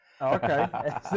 Okay